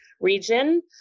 Region